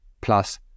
plus